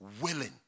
willing